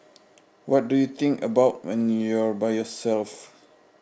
what do you think about when you are by yourself